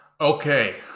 Okay